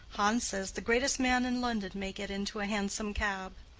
hans says the greatest man in london may get into a hansom cab.